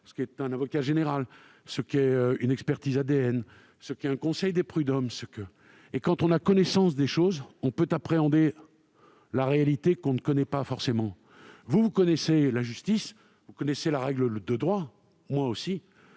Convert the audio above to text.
un témoin, un avocat général, une expertise ADN, un conseil de prud'hommes ... Quand on a connaissance des choses, on peut appréhender la réalité qu'on ne connaît pas forcément. Vous, vous connaissez la justice, vous connaissez la règle de droit. Moi aussi,